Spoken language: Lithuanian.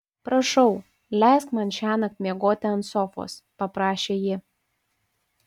prašau leisk man šiąnakt miegoti ant sofos paprašė ji